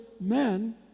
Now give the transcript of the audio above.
men